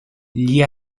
gli